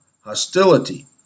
hostility